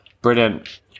brilliant